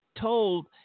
Told